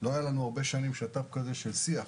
לא היה לנו הרבה שנים שיתוף פעולה כזה של שיח.